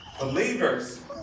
Believers